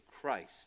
Christ